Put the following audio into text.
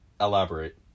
Elaborate